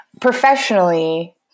professionally